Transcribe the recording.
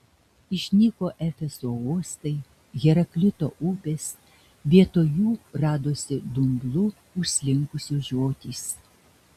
išnyko efeso uostai heraklito upės vietoj jų radosi dumblu užslinkusios žiotys